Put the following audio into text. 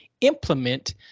implement